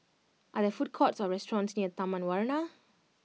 are there food courts or restaurants near Taman Warna